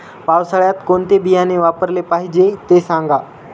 पावसाळ्यात कोणते बियाणे वापरले पाहिजे ते सांगा